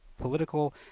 political